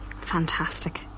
Fantastic